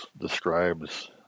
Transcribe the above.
describes